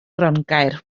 grongaer